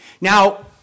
Now